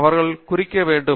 அவர்கள் குறிக்க வேண்டும்